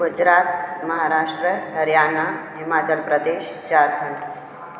Gujarat Maharashtra Haryana Himachal Pradesh Jharkhand